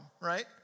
right